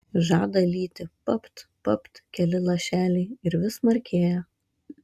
žada lyti papt papt keli lašeliai ir vis smarkėja